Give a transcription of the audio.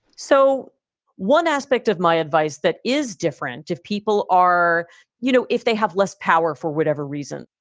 so one aspect of my advice that is different, if people are you know if they have less power for whatever reason,